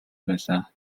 байлаа